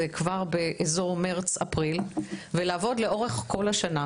כבר באזור מרץ-אפריל ולעבוד לאורך כל השנה.